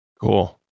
cool